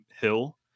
hill